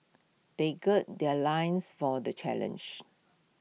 they gird their loins for the challenge